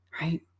right